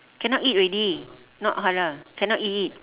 cannot eat already not halal cannot eat